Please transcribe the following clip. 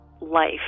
life